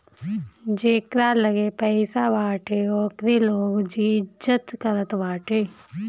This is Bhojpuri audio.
जेकरा लगे पईसा बाटे ओकरे लोग इज्जत करत बाटे